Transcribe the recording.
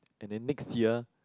and then next year